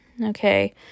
Okay